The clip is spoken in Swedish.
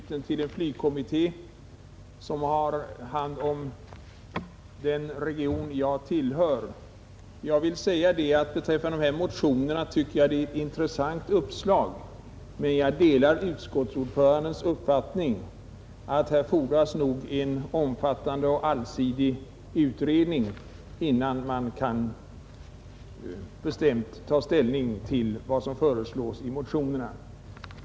Herr talman! Jag har nöjet att sedan 1957 vara knuten till en flygkommitté, som har hand om flygtrafikfrågorna i den region jag tillhör. Beträffande de här i dag debatterade motionerna vill jag säga att jag tycker att de innehåller ett intressant uppslag. Jag delar emellertid utskottsordförandens uppfattning att här fordras en omfattande och allsidig utredning, innan man bestämt kan ta ställning till vad som föreslås i motionerna.